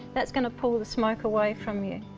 that's going to pull the smoke away from you,